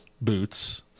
boots